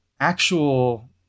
actual